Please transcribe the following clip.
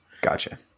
Gotcha